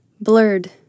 blurred